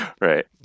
Right